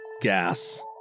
gas